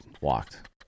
walked